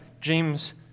James